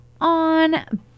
on